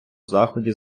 заході